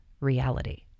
reality